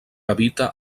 habita